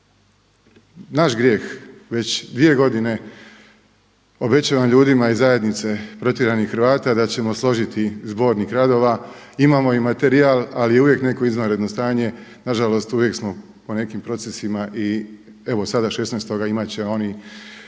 Naš grijeh, već dvije godine, obećavam ljudima iz zajednice protjeranih Hrvata da ćemo složiti zbornik radova, imamo i materijal ali je uvijek neko izvanredno stanje, nažalost uvijek smo u nekim procesima i evo sada 16. imati će oni jedan